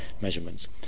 measurements